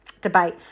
debate